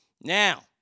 Now